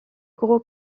gros